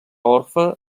orfe